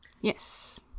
Yes